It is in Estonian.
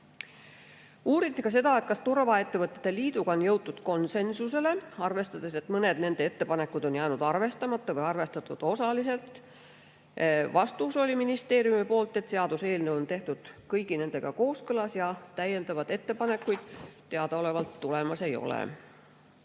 Uuriti veel seda, kas turvaettevõtete liiduga on jõutud konsensusele, arvestades, et mõned nende ettepanekud on jäänud arvestamata või arvestatud osaliselt. Ministeeriumi vastus oli, et seaduseelnõu on tehtud kõigi nendega kooskõlas ja täiendavaid ettepanekuid teadaolevalt tulemas ei ole.